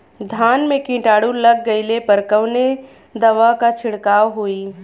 धान में कीटाणु लग गईले पर कवने दवा क छिड़काव होई?